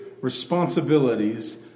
responsibilities